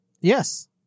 Yes